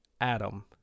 Adam